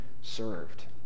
served